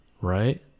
right